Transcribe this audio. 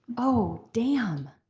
oh, dam.